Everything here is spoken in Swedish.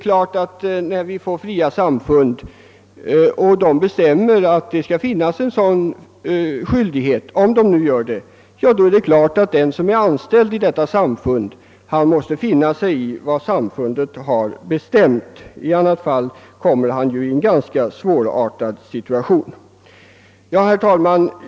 När vi får fria samfund och de bestämmer att en sådan skyldighet skall finnas, måste självfallet den som är anställd i detta samfund finna sig i vad samfundet har bestämt. I annat fall kommer han i en ganska svårartad situation. Herr talman!